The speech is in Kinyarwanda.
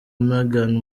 meghan